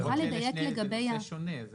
אני יכולה לדייק -- זה נושא שונה.